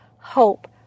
hope